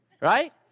Right